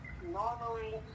Normally